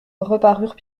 reparurent